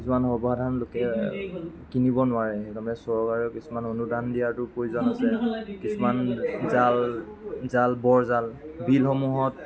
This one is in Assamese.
কিছুমান সৰ্বসাধাৰণ লোকে কিনিব নোৱাৰে সেই কাৰণে চৰকাৰে কিছুমান অনুদান দিয়াটো প্ৰয়োজন আছে কিছুমান জাল জাল বৰজাল বিলসমূহত